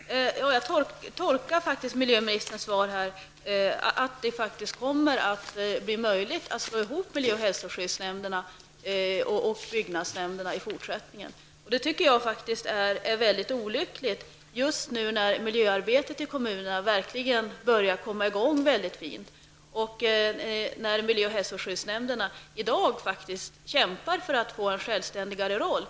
Herr talman! Jag tolkar faktiskt miljöministerns svar på det sättet att det i fortsättningen kommer att bli möjligt att slå ihop miljö och hälsoskyddsnämnderna och byggnadsnämnderna. Det tycker jag är mycket olyckligt just nu när miljöarbetet i kommunerna börjar komma i gång mycket fint och när miljö och hälsoskyddsnämnderna i dag kämpar för att få en självständigare roll.